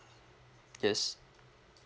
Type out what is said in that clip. yes